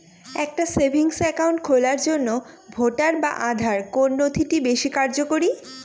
একটা savings account খোলার জন্য ভোটার বা আধার কোন নথিটি বেশী কার্যকরী?